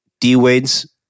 D-Wade's